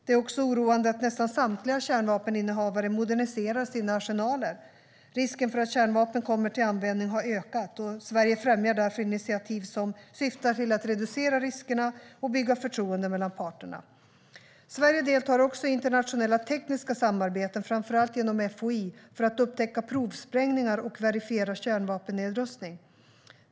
Det är också oroande att nästan samtliga kärnvapeninnehavare moderniserar sina arsenaler. Risken för att kärnvapen kommer till användning har ökat. Sverige främjar därför initiativ som syftar till att reducera riskerna och bygga förtroende mellan parterna. Sverige deltar också i internationella tekniska samarbeten, framför allt genom FOI, för att upptäcka provsprängningar och verifiera kärnvapennedrustning.